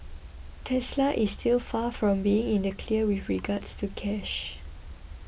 Tesla is still far from being in the clear with regards to cash